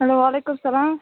hello وعلیکُم سلام